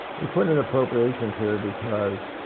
we put in appropriations here because